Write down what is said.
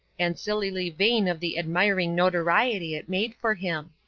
and sillily vain of the admiring notoriety it made for him.